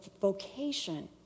vocation